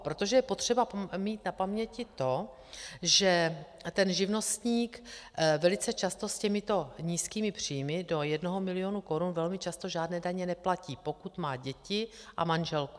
Protože je potřeba mít na paměti to, že ten živnostník velice často s těmito nízkými příjmy do jednoho milionu korun velmi často žádné daně neplatí, pokud má děti a manželku.